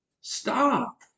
Stop